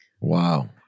Wow